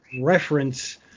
reference